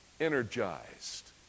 energized